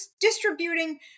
distributing